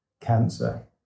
cancer